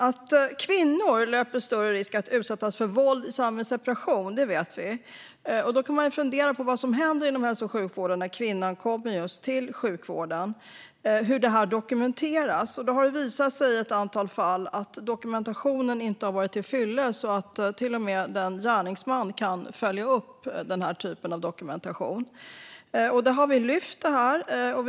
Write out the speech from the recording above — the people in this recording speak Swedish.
Att kvinnor löper större risk att utsättas för våld i samband med separation vet vi. Då kan man fundera över vad som händer inom hälso och sjukvården när kvinnan kommer dit. Hur sker dokumentationen? Det har visat sig i ett antal fall att dokumentationen inte har varit till fyllest och att en gärningsman till och med kan följa upp den typen av dokumentation. Vi har lyft upp denna fråga.